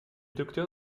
docteur